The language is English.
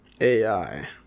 ai